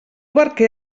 barquer